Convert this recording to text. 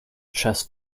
chess